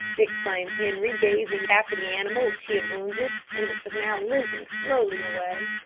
exclaimed henri, gazing after the animal which he had wounded, and which was now limping slowly away.